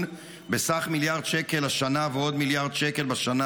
בסך מיליארד שקל השנה ועוד מיליארד שקל בשנה